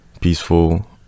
peaceful